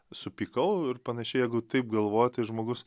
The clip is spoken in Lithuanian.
supykau ir panašiai jeigu taip galvoti žmogus